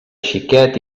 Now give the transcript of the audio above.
xiquet